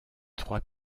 trois